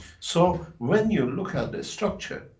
so, when you look at that structure,